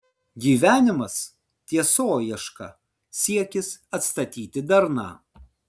gyvenimas tiesoieška siekis atstatyti darną